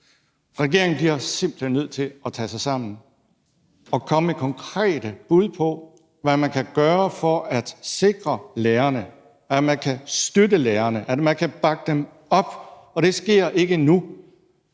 Regeringen bliver simpelt hen nødt til at tage sig sammen og komme med konkrete bud på, hvad man kan gøre for at sikre lærerne, for at støtte lærerne, for at bakke dem op, og det sker ikke nu.